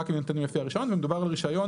רק אם הם ניתנים לפי הרישיון ומדובר על רישיון